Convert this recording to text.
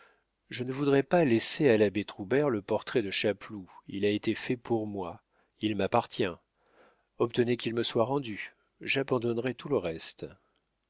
je ne voudrais pas laisser à l'abbé troubert le portrait de chapeloud il a été fait pour moi il m'appartient obtenez qu'il me soit rendu j'abandonnerai tout le reste